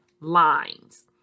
lines